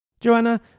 Joanna